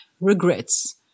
regrets